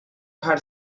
had